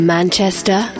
Manchester